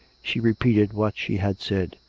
she repeated what she had said.